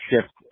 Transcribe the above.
shift